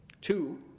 Two